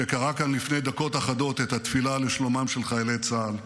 שקרא כאן לפני דקות אחדות את התפילה לשלומם של חיילי צה"ל.